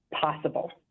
possible